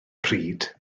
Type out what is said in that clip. pryd